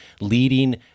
leading